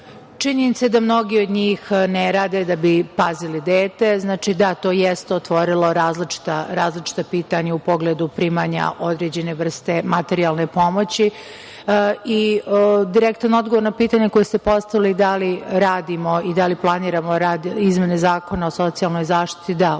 činjenica je da mnogi od njih ne rade da bi pazili dete. Da, to jeste otvorilo različita pitanja u pogledu primanja određene vrste materijalne pomoći. Direktan odgovor na pitanje koje ste postavili, da li radimo i da li planiramo rad izmene Zakona o socijalnoj zaštiti – da,